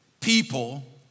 people